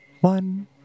one